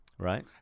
Right